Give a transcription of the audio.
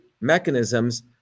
mechanisms